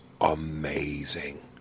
amazing